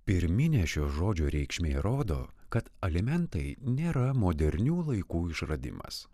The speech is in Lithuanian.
pirminė šio žodžio reikšmė rodo kad alimentai nėra modernių laikų išradimas